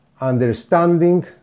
understanding